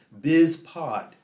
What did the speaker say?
BizPod